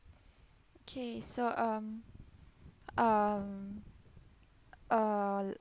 okay so um um uh